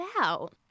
out